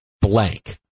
blank